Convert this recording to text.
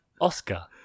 Oscar